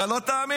אתה לא תאמין.